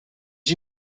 you